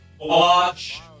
watch